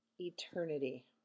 eternity